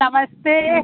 नमस्ते